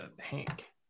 hank